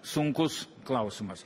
sunkus klausimas